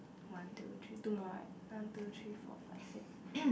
one two three two more right one two three four five six